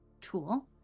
tool